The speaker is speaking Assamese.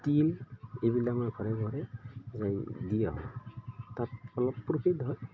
তিল এইবিলাক মই ঘৰে ঘৰে যাই দি আহোঁ তাত অলপ প্ৰফিট হয়